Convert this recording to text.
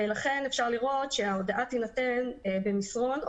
ולכן אפשר לראות שההודעה תינתן במסרון או